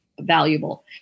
valuable